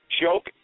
joke